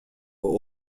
were